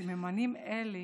סממנים אלה